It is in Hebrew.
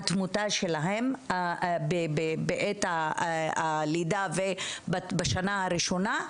התמותה שלהם בעת הלידה ובשנה הראשונה,